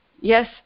Yes